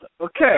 Okay